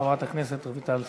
חברת הכנסת רויטל סויד.